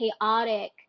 chaotic